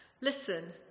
Listen